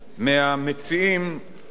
שאכן כך הם פני הדברים.